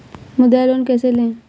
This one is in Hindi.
मुद्रा लोन कैसे ले?